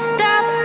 Stop